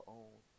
own